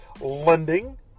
lending